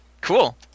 Cool